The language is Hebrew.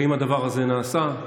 ואם הדבר הזה נעשה,